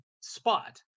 spot